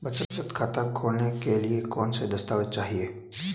बचत खाता खोलने के लिए कौनसे दस्तावेज़ चाहिए?